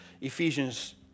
Ephesians